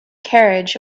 carriage